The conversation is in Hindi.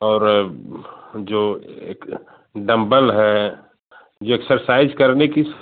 और जो एक डम्बल है ये एक्सासाइज करने की